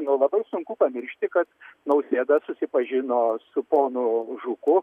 nu labai sunku pamiršti kad nausėda susipažino su ponu žuku